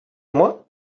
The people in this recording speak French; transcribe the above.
moi